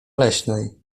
leśnej